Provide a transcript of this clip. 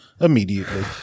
immediately